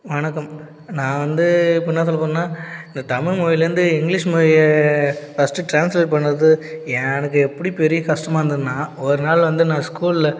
வணக்கம் நான் வந்து இப்போ என்ன சொல்லப் போகிறேன்னா இந்த தமிழ் மொழிலேருந்து இங்கிலீஷ் மொழியை ஃபஸ்ட்டு ட்ரான்ஸ்லேட் பண்ணுறது எனக்கு எப்படி பெரிய கஷ்டமாக இருந்ததுன்னால் ஒரு நாள் வந்து நான் ஸ்கூலில்